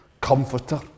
comforter